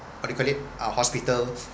what you call it uh hospital